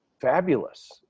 fabulous